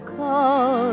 call